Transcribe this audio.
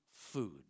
food